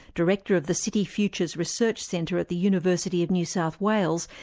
director of the city futures research centre at the university of new south wales,